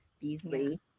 Beasley